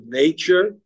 nature